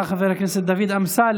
תודה, חבר הכנסת דוד אמסלם.